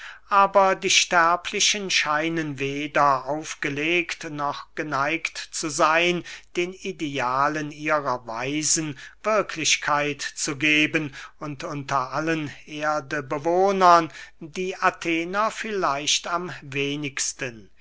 aber die sterblichen scheinen weder aufgelegt noch geneigt zu seyn den idealen ihrer weisen wirklichkeit zu geben und unter allen erdebewohnern die athener vielleicht am wenigsten